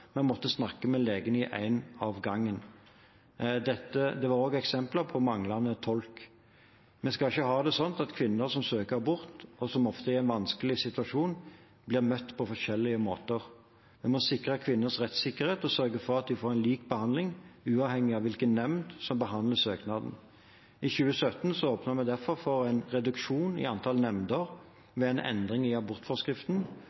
måtte snakke med én lege om gangen. Det var også eksempler på manglende tolking. Vi skal ikke ha det slik at kvinner som søker om abort, og som ofte er i en vanskelig situasjon, blir møtt på forskjellige måter. Vi må sikre kvinners rettssikkerhet og sørge for at vi får en lik behandling, uavhengig av hvilken nemnd som behandler søknaden. I 2017 åpnet vi derfor for en reduksjon i antall